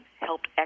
helped